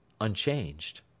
unchanged